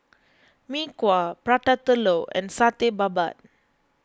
Mee Kuah Prata Telur and Satay Babat